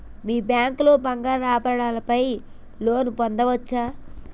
మీ bank లో బంగారు ఆభరణాల పై లోన్ పొందచ్చా?